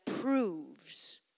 proves